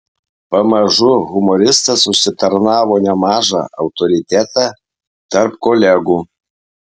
pamažu humoristas užsitarnavo nemažą autoritetą tarp kolegų